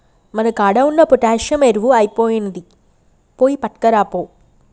మన కాడ ఉన్న పొటాషియం ఎరువు ఐపొయినింది, పోయి పట్కరాపో